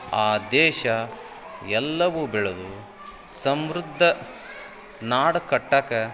ಆ ದೇಶ ಎಲ್ಲವೂ ಬೆಳೆದು ಸಮೃದ್ಧ ನಾಡು ಕಟ್ಟಕ್ಕ